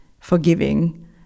forgiving